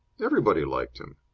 everybody liked him.